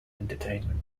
entertainment